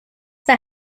that